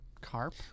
carp